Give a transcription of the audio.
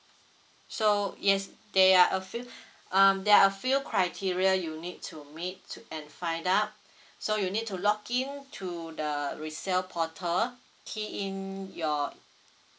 so yes they are a few um there are a few criteria you need to meet and find out so you need to log in to the resell portal key in your